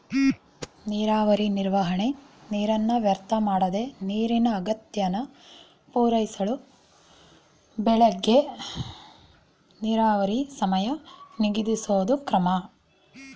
ನೀರಾವರಿ ನಿರ್ವಹಣೆ ನೀರನ್ನ ವ್ಯರ್ಥಮಾಡ್ದೆ ನೀರಿನ ಅಗತ್ಯನ ಪೂರೈಸಳು ಬೆಳೆಗೆ ನೀರಾವರಿ ಸಮಯ ನಿಗದಿಸೋದು ಕ್ರಮ